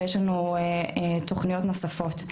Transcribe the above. ויש לנו תוכניות נוספות.